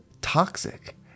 toxic